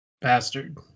bastard